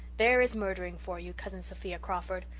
there is murdering for you, cousin sophia crawford.